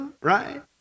Right